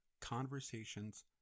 Conversations